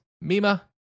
Mima